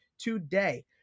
Today